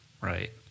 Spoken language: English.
Right